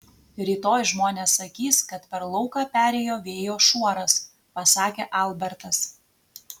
rytoj žmonės sakys kad per lauką perėjo vėjo šuoras pasakė albertas